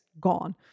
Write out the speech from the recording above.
gone